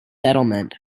settlement